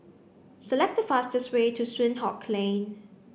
select the fastest way to Soon Hock Lane